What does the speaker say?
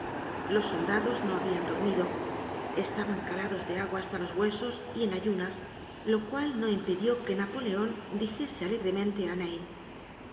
los soldados no habían dormido estaban calados de agua hasta los huesos y en ayunas lo cual no impidió que napoleon dijese alegremente